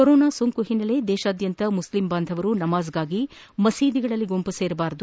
corona ಸೋಂಕಿನ ಹಿನ್ನೆಲೆಯಲ್ಲಿ ದೇಶಾದ್ಯಂತ ಮುಸ್ಲಿಂ ಬಾಂಧವರು ನಮಾಜ್ಗಾಗಿ ಮಸೀದಿಗಳಲ್ಲಿ ಗುಂಪು ಸೇರಬಾರದು